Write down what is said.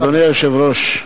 אדוני היושב-ראש,